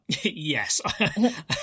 Yes